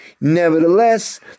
nevertheless